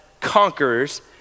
conquerors